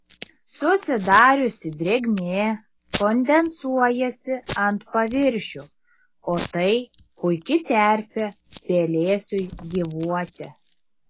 susidariusi drėgmė kondensuojasi ant paviršių o tai puiki terpė pelėsiui gyvuoti